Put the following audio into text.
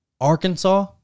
Arkansas